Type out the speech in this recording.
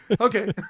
Okay